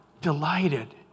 delighted